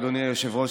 אדוני היושב-ראש,